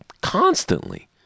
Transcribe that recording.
constantly